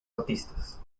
artistas